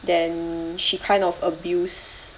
then she kind of abuse